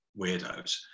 weirdos